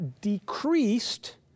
decreased